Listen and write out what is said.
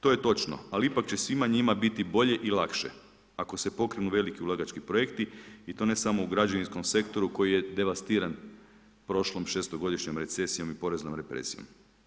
To je točno ali ipak će svima njima biti bolje i lakše ako se pokrenu veliki ulagački projekti i to ne samo u građevinskom sektoru koji je devastiran prošlom 6.-godišnjom recesijom i poreznom represijom.